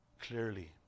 clearly